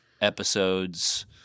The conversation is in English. episodes